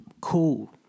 Cool